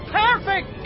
perfect